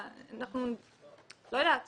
אני לא יודעת